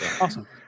Awesome